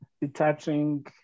detaching